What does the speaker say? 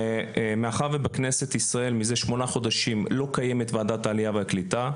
ומאחר ובכנסת ישראל מזה שמונה חודשים לא קיימת ועדת העלייה והקליטה,